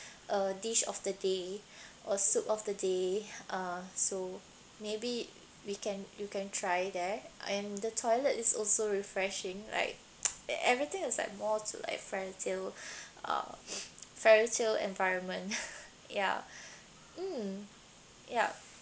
a dish of the day or soup of the day uh so maybe we can you can try there um the toilet is also refreshing like everything is like more to like fairy tale uh fairy tale environment ya mm yup